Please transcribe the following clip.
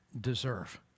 deserve